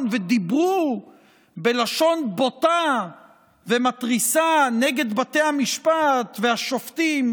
ודיברו בלשון בוטה ומתריסה נגד בתי המשפט והשופטים,